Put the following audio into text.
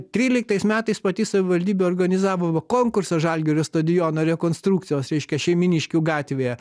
tryliktais metais pati savivaldybė organizavo konkursą žalgirio stadiono rekonstrukcijos reiškia šeimyniškių gatvėje